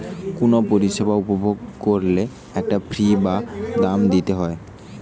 কুনো পরিষেবা উপভোগ কোরলে একটা ফী বা দাম দিতে হই